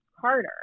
Carter